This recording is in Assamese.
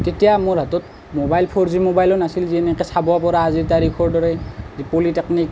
তেতিয়া মোৰ হাতত ম'বাইল ফ'ৰ জি ম'বাইলো নাছিল যেনেকৈ চাব পৰা আজিৰ তাৰিখৰ দৰে যে পলিটেকনিক